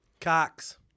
Cox